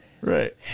Right